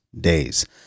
days